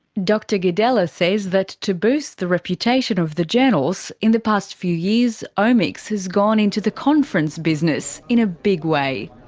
dr gedela says that to boost the reputation of the journals, in the past few years omics has gone into the conference business in a big way.